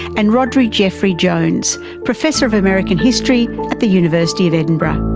and rhodri jeffrey-jones, professor of american history at the university of edinburgh.